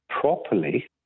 properly